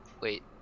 Wait